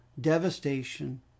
devastation